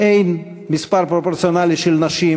אין מספר פרופורציונלי של נשים,